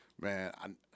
Man